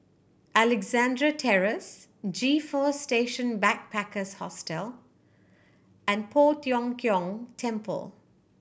Alexandra Terrace G Four Station Backpackers Hostel and Poh Tiong Kiong Temple